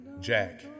Jack